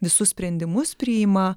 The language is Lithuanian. visus sprendimus priima